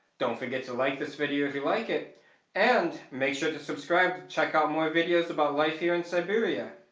don't forget to like this video if you liked like it and make sure to subscribe to check out more videos about life here in siberia.